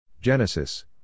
Genesis